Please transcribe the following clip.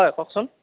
হয় কওকচোন